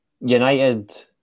United